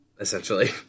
Essentially